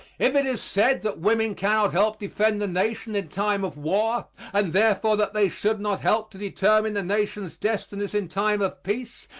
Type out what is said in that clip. if it is said that women cannot help defend the nation in time of war and therefore that they should not help to determine the nation's destinies in time of peace,